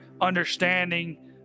understanding